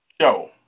show